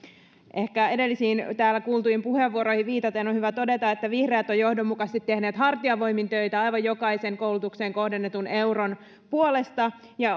ehkä edellisiin täällä kuultuihin puheenvuoroihin viitaten on hyvä todeta että vihreät ovat johdonmukaisesti tehneet hartiavoimin töitä aivan jokaisen koulutukseen kohdennetun euron puolesta